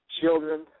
children